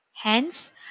Hence